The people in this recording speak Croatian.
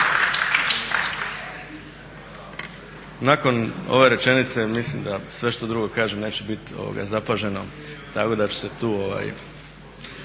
Nakon ove rečenice mislim da sve što drugo kažem neće biti zapaženo tako da ću se tu